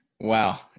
Wow